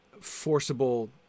forcible